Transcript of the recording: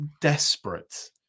desperate